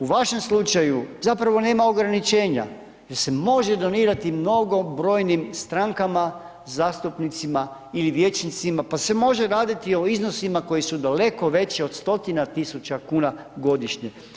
U vašem slučaju zapravo nema ograničenja da se može donirati mnogobrojnim strankama, zastupnicima ili vijećnicima pa se može raditi o iznosima koji su daleko veći od stotina tisuća kuna godišnje.